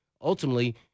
Ultimately